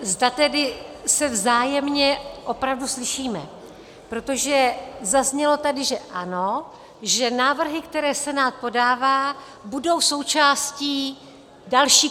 ... zda tedy se vzájemně opravdu slyšíme, protože zaznělo tady, že ano, že návrhy, které Senát podává, budou součástí další komplexní úpravy.